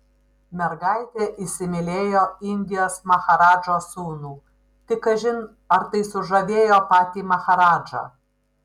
mergaitė įsimylėjo indijos maharadžos sūnų tik kažin ar tai sužavėjo patį maharadžą